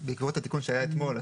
בעקבות התיקון שהיה אתמול,